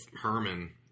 Herman